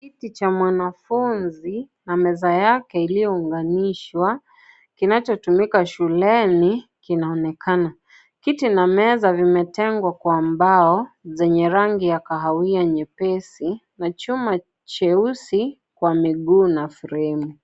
Kiti cha mwanfunzi na meza yake iliyonganishwa kinachotumika shuleni kinaonekana kiti na meza kimetengwa kwa mbao zenye rangi ya kahawia nyepesi na chuma cheusi kwa miguu na fremi.